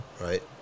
Right